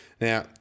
Now